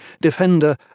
defender